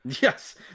Yes